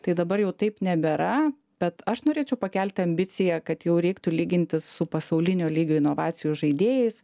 tai dabar jau taip nebėra bet aš norėčiau pakelti ambiciją kad jau reiktų lygintis su pasaulinio lygio inovacijų žaidėjais